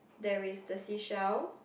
there is the seashell